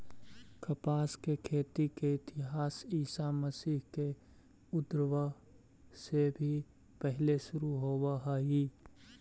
कपास के खेती के इतिहास ईसा मसीह के उद्भव से भी पहिले शुरू होवऽ हई